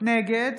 נגד